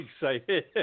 excited